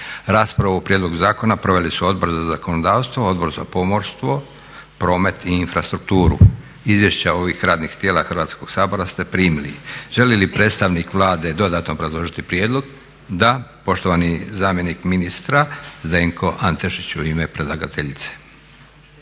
Raspravu o prijedlogu zakona proveli su Odbor za zakonodavstvo, Odbor za pomorstvo, promet i infrastrukturu. Izvješća ovih radnih tijela Hrvatskog sabora ste primili. Želi li predstavnik Vlade dodatno obrazložiti prijedlog? Da. Poštovani zamjenik ministra Zdenko Antešić u ime predlagateljice.